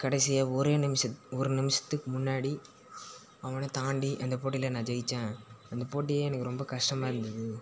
கடைசியாக ஒரே நிமிஷத்து ஒரு நிமிஷத்துக்கு முன்னாடி அவனை தாண்டி அந்த போட்டியில் நான் ஜெயித்தேன் அந்த போட்டியே எனக்கு ரொம்ப கஷ்டமாக இருந்தது